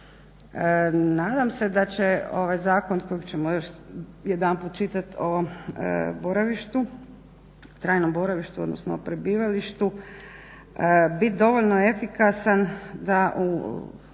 Nadam se da će ovaj zakon kojeg ćemo još jedanput čitati o ovom trajnom boravištu odnosno prebivalištu biti dovoljno efikasan da u